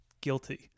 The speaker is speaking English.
Guilty